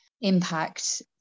impact